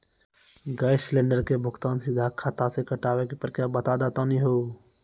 Gas cylinder के भुगतान सीधा खाता से कटावे के प्रक्रिया बता दा तनी हो?